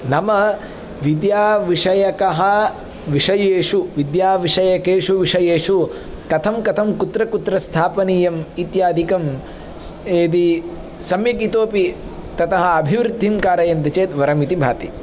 नाम विद्याविषयकः विषयेषु विद्याविषयकेषु विषयेषु कथं कथं कुत्र कुत्र स्थापनीयम् इत्यादिकं यदि सम्यक् इतोऽपि ततः अभिवृद्धिं कारयन्ति चेत् वरम् इति भाति